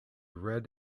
red